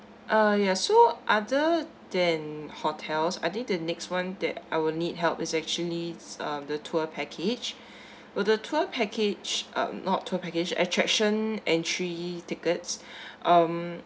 uh yeah so other than hotels I think the next one that I will need help is actually uh the tour package with the tour package uh not tour package attraction and three tickets um